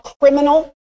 criminal